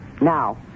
Now